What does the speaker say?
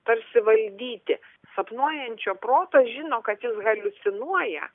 tarsi valdyti sapnuojančio protas žino kad jis haliucinuoja